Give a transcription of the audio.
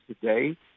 today